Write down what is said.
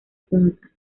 punta